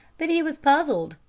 but he was puzzled,